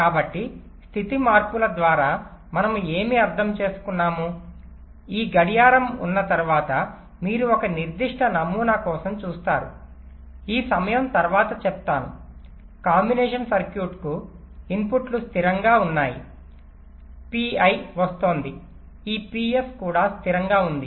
కాబట్టి స్థితి మార్పుల ద్వారా మనము ఏమి అర్థం చేసుకున్నాము ఈ గడియారం ఉన్న తర్వాత మీరు ఒక నిర్దిష్ట నమూనా కోసం చూస్తారు ఈ సమయం తరువాత చెపుతాను కాంబినేషన్ సర్క్యూట్కు ఇన్పుట్లు స్థిరంగా ఉన్నాయి పిఐ వస్తోంది ఈ పిఎస్ కూడా స్థిరంగా ఉంది